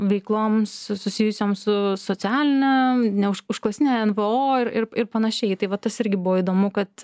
veikloms susijusioms su socialine ne už užklasine nvo ir ir ir panašiai tai va tas irgi buvo įdomu kad